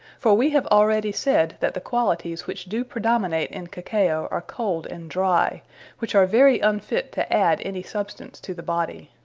for we have already said, that the qualities which do predominate in cacao, are cold, and dry which are very unfit to adde any substance to the body.